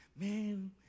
man